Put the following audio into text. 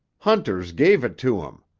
hunters gave it to him.